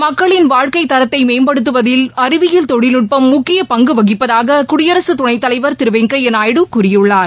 மக்களின் வாழ்க்கையின் தரத்தை மேம்படுத்துவதில் அறிவியல் தொழில்நட்பம் முக்கிய பங்கு வகிப்பதாக குடியரசு துணைத்தலைவர் திரு வெங்கையா நாயுடு கூறியுள்ளார்